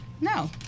No